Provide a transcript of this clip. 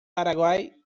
paraguay